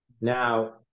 Now